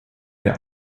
der